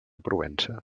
provença